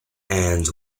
and